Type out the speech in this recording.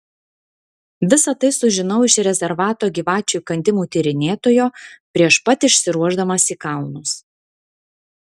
visa tai sužinau iš rezervato gyvačių įkandimų tyrinėtojo prieš pat išsiruošdamas į kalnus